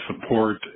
support